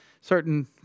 certain